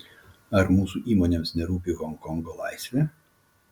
ar mūsų įmonėms nerūpi honkongo laisvė